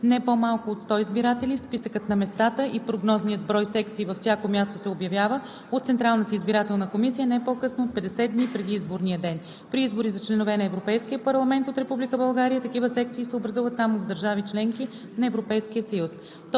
не по-малко от 100 избиратели; списъкът на местата и прогнозният брой секции във всяко място се обявява от Централната избирателна комисия не по-късно от 50 дни преди изборния ден; при избори за членове на Европейския парламент от Република България такива секции се образуват само в държави – членки на Европейския съюз;